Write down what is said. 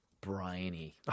briny